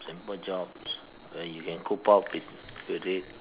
simple jobs where you can cope up with with it